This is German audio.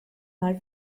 mal